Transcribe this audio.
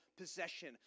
possession